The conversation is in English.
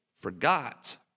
forgot